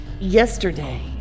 Yesterday